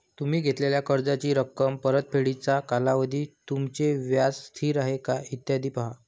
तुम्ही घेतलेल्या कर्जाची रक्कम, परतफेडीचा कालावधी, तुमचे व्याज स्थिर आहे का, इत्यादी पहा